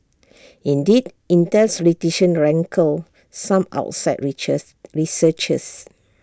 indeed Intel's rankled some outside researchers